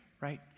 right